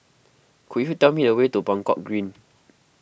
could you tell me the way to Buangkok Green